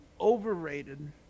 overrated